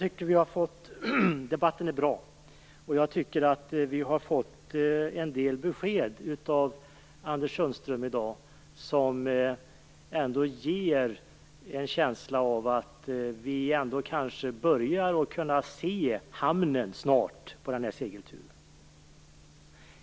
Herr talman! Debatten är bra, och jag tycker att vi har fått en del besked av Anders Sundström i dag som ändå ger en känsla av att vi kanske ändå börjar kunna se hamnen på denna segeltur snart.